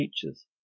features